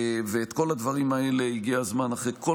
את כל הדברים האלה הגיע הזמן לתקן אחרי כל